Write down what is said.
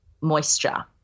Moisture